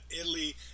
Italy